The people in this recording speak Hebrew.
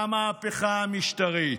מהמהפכה המשטרית.